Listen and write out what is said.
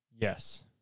yes